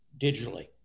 digitally